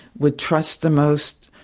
would trust the most,